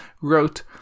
wrote